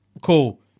cool